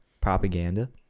propaganda